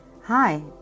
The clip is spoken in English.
Hi